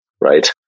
right